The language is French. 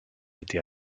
été